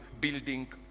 building